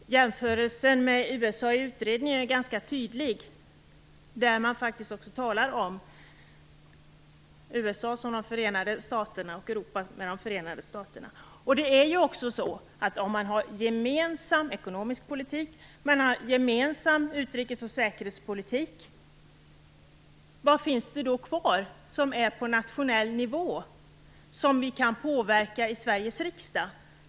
Herr talman! Resultatet av jämförelsen med USA i utredningen är ganska tydligt. Man talar om USA med de förenade staterna och Europa med sina förenta stater. Om man har en gemensam ekonomisk politik samt en gemensam utrikes och säkerhetspolitik, vad finns det då kvar på nationell nivå som vi kan påverka i Sveriges riksdag?